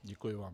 Děkuji vám.